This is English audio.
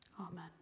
Amen